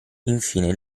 infine